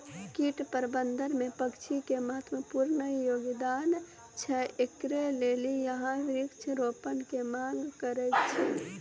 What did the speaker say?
कीट प्रबंधन मे पक्षी के महत्वपूर्ण योगदान छैय, इकरे लेली यहाँ वृक्ष रोपण के मांग करेय छैय?